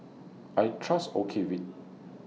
I Trust Ocuvite